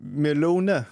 mieliau ne